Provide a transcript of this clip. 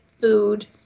food